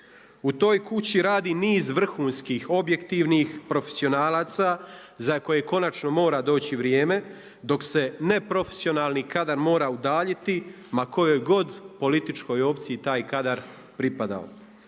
U toj kući radi niz vrhunskih objektivnih profesionalaca za koje konačno mora doći vrijeme, dok se neprofesionalni kadar mora udaljiti ma kojoj god političkoj opciji taj kadar pripadao.